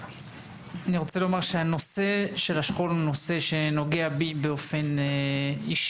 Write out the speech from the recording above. אני רוצה לומר שהנושא של השכול הוא נושא שנוגע בי באופן אישי.